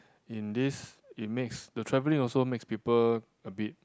in this it makes the travelling also makes people a bit